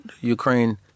Ukraine